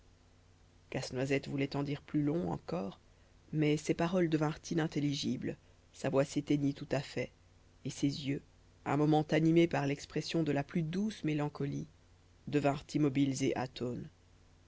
casse-noisette voulait en dire plus long encore mais ses paroles devinrent inintelligibles sa voix s'éteignit tout à fait et ses yeux un moment animés par l'expression de la plus douce mélancolie devinrent immobiles et atones